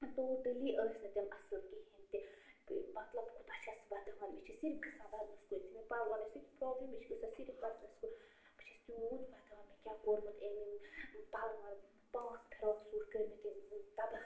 totally ٲسۍ نہٕ تِم اَصٕل کِہیٖنۍ تہِ مَطلب کوٗتاہ چھَس وَدان مےٚ چھِ صِرف گَژھان وَدنَس کُن یُتھُے مےٚ پَلوَن ٲسیٛا پرٛابلِم مےٚ چھِ گَژھان صِرف وَدنَس کُن بہٕ چھَس تیٛوٗت ودان مےٚ کیٛاہ کوٚرمُت أمۍ یٔمۍ پَلوَن پانٛژھ فِراکھ سوٗٹ کٔرۍ مےٚ تٔمۍ تَباہ